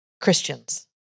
Christians